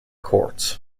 courts